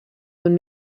when